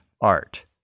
art